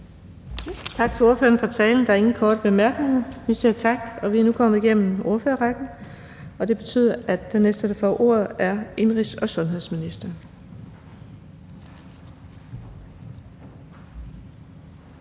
Tak til ordføreren for talen. Der er ingen korte bemærkninger. Vi siger tak. Vi er nu kommet igennem ordførerrækken, og det betyder, at den næste, der får ordet, er indenrigs- og sundhedsministeren.